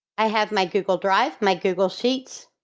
i have my google drive my google sheets.